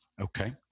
Okay